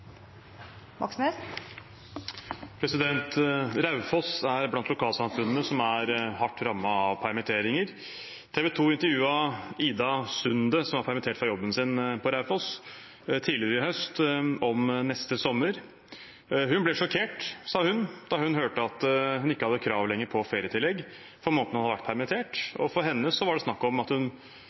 Moxnes – til oppfølgingsspørsmål. Raufoss er blant lokalsamfunnene som er hardt rammet av permitteringer. TV 2 intervjuet Ida Aaboen Sundet, som var permittert fra jobben sin på Raufoss, tidligere i høst om neste sommer. Hun ble sjokkert, sa hun, da hun hørte at hun ikke lenger hadde krav på ferietillegg for månedene hun hadde vært permittert. For henne var det snakk om at hun